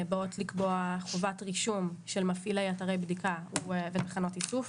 באות לקבוע חובת רישום של מפעילי אתרי בדיקה ותחנות איסוף.